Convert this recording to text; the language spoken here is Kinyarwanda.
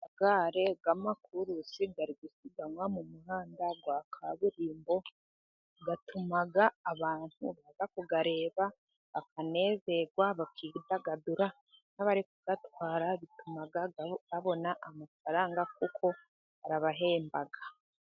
Amagare y'amakurusi ari gusiganwa mu muhanda wa kaburimbo, bituma abantu bari kuyareba bakanezerwa, bakidagadura, n'abari kuyatwara bituma babona amafaranga kuko barabahemba.